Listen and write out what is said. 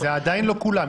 זה עדיין לא כולם.